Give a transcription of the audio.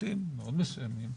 בצמתים מאוד מסוימים.